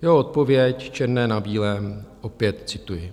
Jeho odpověď, černé na bílém, opět cituji.